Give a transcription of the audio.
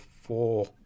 four